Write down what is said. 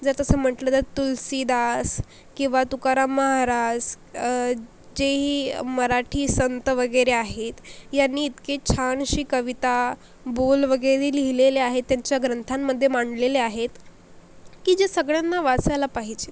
जर तसं म्हटलं तर तुलसीदास किंवा तुकाराम महारास जेही मराठी संत वगैरे आहेत यांनी इतकी छानशी कविता बोल वगैरे लिहिलेले आहेत त्यांच्या ग्रंथांमध्ये मांडलेले आहेत की जे सगळ्यांना वाचायला पाहिजेत